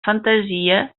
fantasia